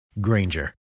Granger